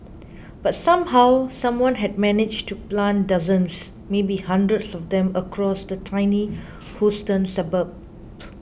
but somehow someone had managed to plant dozens maybe hundreds of them across the tiny Houston suburb